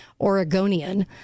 Oregonian